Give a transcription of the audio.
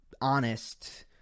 Honest